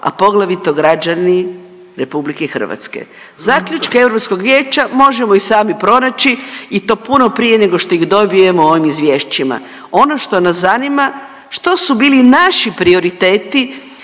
a poglavito građani RH. Zaključke Europskog vijeća možemo i sami pronaći i to puno prije nego što ih dobijemo ovim izvješćima. Ono što nas zanima što su bili naši prioriteti